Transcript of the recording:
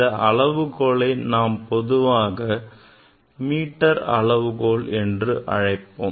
இந்த அளவுகோலை நாம் பொதுவாக மீட்டர் அளவுகோல் என்று அழைப்போம்